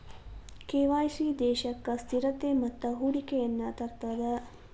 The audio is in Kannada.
ಕೆ.ವಾಯ್.ಸಿ ದೇಶಕ್ಕ ಸ್ಥಿರತೆ ಮತ್ತ ಹೂಡಿಕೆಯನ್ನ ತರ್ತದ